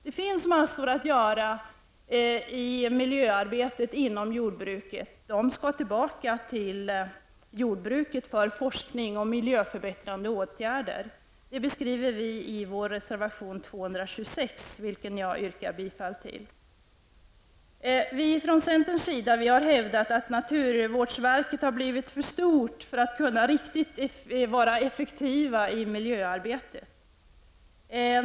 Det finns massor att göra i miljöarbetet inom jordbruket, och de pengarna skall tillbaka till jordbruket för forskning och miljöförbättrande åtgärder. Detta beskriver vi i vår reservation 226, som jag yrkar bifall till. Vi har från centerns sida hävdat att naturvårdsverket har blivit för stort för att kunna vara riktigt effektivt i miljöarbetet.